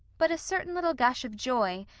but a certain little gush of joy,